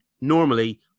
normally